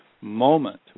moment